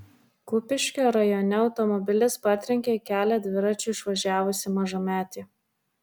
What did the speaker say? kupiškio rajone automobilis partrenkė į kelią dviračiu išvažiavusį mažametį